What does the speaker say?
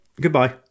Goodbye